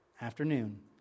afternoon